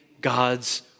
God's